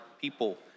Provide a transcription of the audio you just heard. people